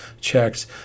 checks